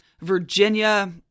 Virginia